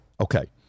Okay